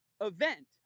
event